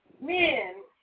men